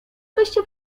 abyście